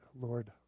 Lord